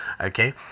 Okay